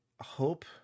hope